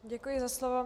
Děkuji za slovo.